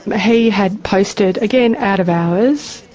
ah he had posted, again out of hours,